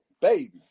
baby